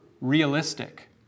realistic